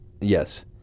Yes